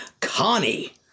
Connie